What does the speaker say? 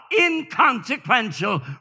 inconsequential